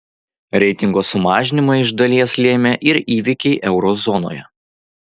reitingo sumažinimą iš dalies lėmė ir įvykiai euro zonoje